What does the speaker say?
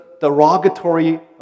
derogatory